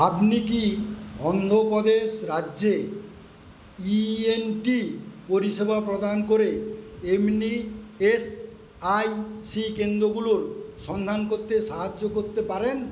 আপনি কি অন্ধ্র প্রদেশ রাজ্যে ইএনটি পরিষেবা প্রদান করে এমনি এস আই সি কেন্দ্রগুলোর সন্ধান করতে সাহায্য করতে পারেন